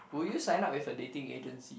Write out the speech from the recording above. would you sign up with a dating agency